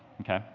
okay